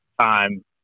time